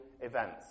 events